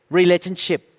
relationship